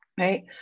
Right